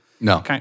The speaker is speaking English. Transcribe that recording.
No